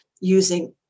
using